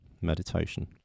meditation